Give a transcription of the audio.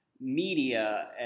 media